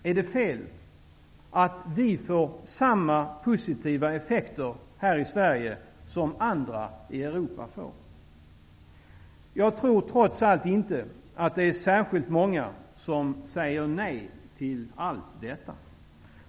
Är det fel att vi får samma positiva effekter här i Sverige som andra länder i Europa får? Jag tror trots allt inte att det är särskilt många som säger nej till allt detta.